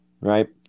right